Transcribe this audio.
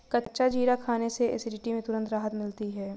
कच्चा जीरा खाने से एसिडिटी में तुरंत राहत मिलती है